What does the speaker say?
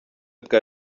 bwa